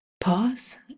Pause